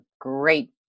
great